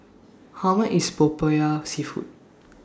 How much IS Popiah Seafood